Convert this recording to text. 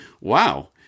Wow